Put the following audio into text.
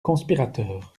conspirateurs